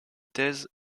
thèse